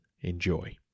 enjoy